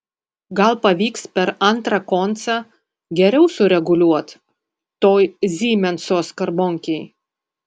gal pavyks per antrą koncą geriau sureguliuot toj zymenso skarbonkėj